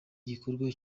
gikorwa